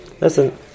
listen